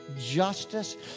justice